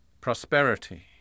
prosperity